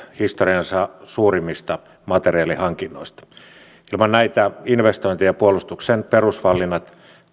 historiansa suurimmista materiaalihankinnoista ilman näitä investointeja puolustuksemme perusvalinnat